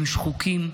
הם שחוקים,